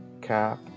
cap